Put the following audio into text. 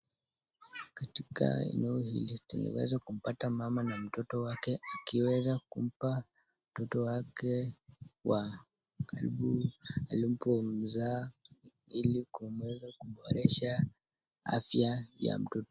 Katika eneo hili, tunaweza kupata mama na mtoto wake akiwa akiweza kumpa mtoto wake wa karibu alipomzaa, ili aweze kuboresha afya ya mtoto.